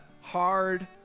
hard